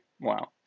Wow